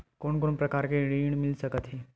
कोन कोन प्रकार के ऋण मिल सकथे?